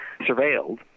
surveilled